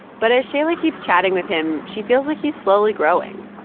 but as shaila keeps chatting with him, she feels like he's slowly growing.